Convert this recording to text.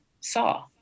saw